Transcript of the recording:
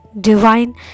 divine